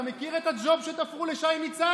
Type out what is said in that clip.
אתה מכיר את הג'וב שתפרו לשי ניצן?